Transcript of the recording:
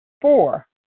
Four